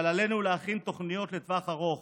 אבל עלינו להכין תוכניות לטווח ארוך